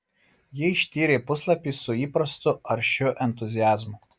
ji ištyrė puslapį su įprastu aršiu entuziazmu